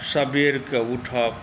सबेरके उठब